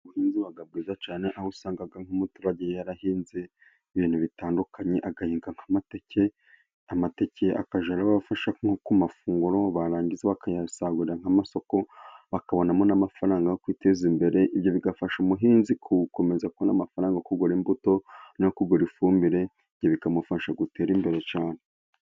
Ubuhinzi buba bwiza cyane aho usanga nk'umuturage yarahinze ibintu bitandukanye, agahinga nk'amateke amateke ye akajya abafasha nko ku mafunguro, barangiza bakayasagurira nk'amasoko bakabonamo n'amafaranga yo kwiteza imbere, ibyo bigafasha umuhinzi ku gukomeza kubona amafaranga yo kugura imbuto no kugura ifumbire, ibyo bikamufasha gutera imbere cyane.